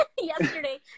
yesterday